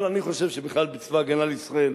אבל אני חושב שבכלל בצבא-הגנה לישראל,